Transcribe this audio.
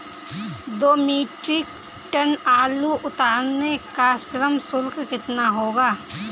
दो metric ton आलू उतारने का श्रम शुल्क कितना होगा?